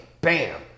bam